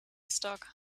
stock